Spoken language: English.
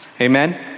amen